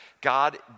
God